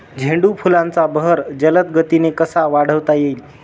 झेंडू फुलांचा बहर जलद गतीने कसा वाढवता येईल?